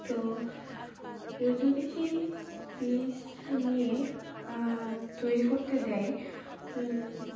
তো কেউ যদি সেই পিস নিয়ে তৈরি করতে দেয়